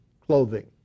clothing